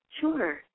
Sure